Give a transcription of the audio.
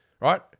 right